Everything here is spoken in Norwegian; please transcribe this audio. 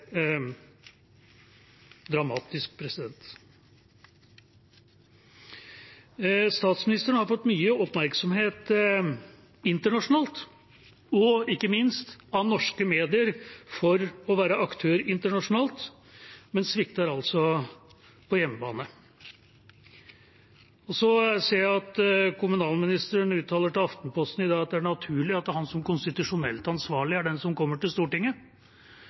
Statsministeren har fått mye oppmerksomhet internasjonalt og ikke minst av norske medier for å være aktør internasjonalt, men svikter altså på hjemmebane. Så ser jeg at kommunalministeren uttaler til Aftenposten i dag at det er naturlig at han som konstitusjonelt ansvarlig er den som kommer til Stortinget,